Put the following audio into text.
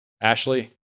Ashley